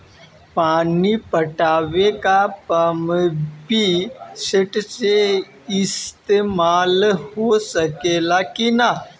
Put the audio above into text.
पानी पटावे ल पामपी सेट के ईसतमाल हो सकेला कि ना?